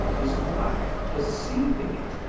his wife, perceiving it,